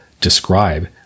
describe